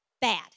bad